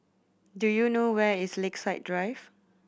do you know where is Lakeside Drive